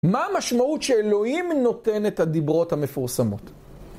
מה המשמעות שאלוהים נותן את הדיברות המפורסמות?